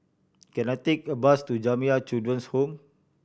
can I take a bus to Jamiyah Children's Home